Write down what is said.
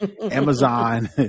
Amazon